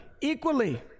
equally